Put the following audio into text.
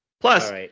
Plus